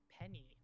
Penny